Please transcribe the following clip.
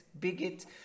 bigot